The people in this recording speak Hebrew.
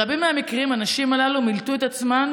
ברבים מהמקרים הנשים הללו מילטו את עצמן,